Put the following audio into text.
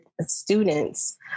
students